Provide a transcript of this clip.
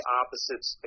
opposites